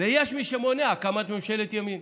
ויש מי שמונע הקמת ממשלת ימין.